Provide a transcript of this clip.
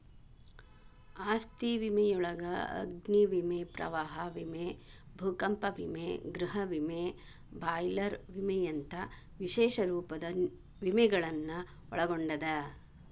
ಆಸ್ತಿ ವಿಮೆಯೊಳಗ ಅಗ್ನಿ ವಿಮೆ ಪ್ರವಾಹ ವಿಮೆ ಭೂಕಂಪ ವಿಮೆ ಗೃಹ ವಿಮೆ ಬಾಯ್ಲರ್ ವಿಮೆಯಂತ ವಿಶೇಷ ರೂಪದ ವಿಮೆಗಳನ್ನ ಒಳಗೊಂಡದ